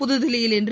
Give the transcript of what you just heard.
புதுதில்லியில் இன்று